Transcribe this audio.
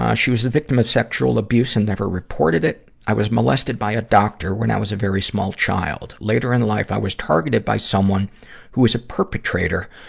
um she was the victim of sexual abuse and never reported it. i was molested by a doctor when i was a very small child. later in life, i was targeted by someone who is a perpetrator